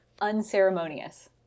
unceremonious